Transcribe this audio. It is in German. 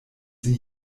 sie